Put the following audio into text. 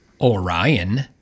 Orion